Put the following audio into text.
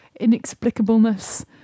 inexplicableness